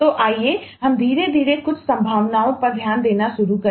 तो आइए हम धीरे धीरे कुछ संभावनाओं पर ध्यान देना शुरू करें